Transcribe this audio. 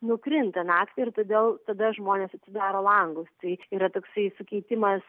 nukrinta naktį ir todėl tada žmonės atsidaro langus tai yra toksai sukeitimas